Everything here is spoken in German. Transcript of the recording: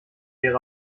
ihre